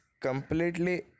completely